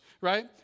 right